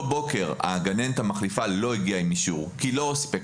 בוקר הגננת המחליפה לא הגיעה עם אישור כי לא היה סיפק